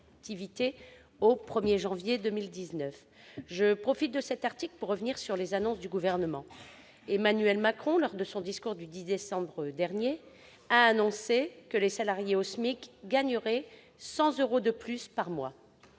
au 1 janvier 2019. Je profite de l'examen de cet article pour revenir sur les annonces du Gouvernement. Emmanuel Macron, lors de son discours du 10 décembre dernier, a annoncé que les salariés au SMIC gagneraient 100 euros de plus par mois.